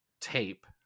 tape